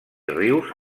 rius